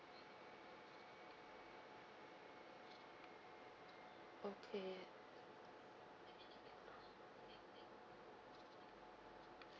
okay